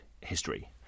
history